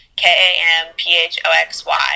K-A-M-P-H-O-X-Y